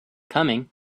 coming